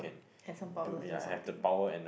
have some power to do something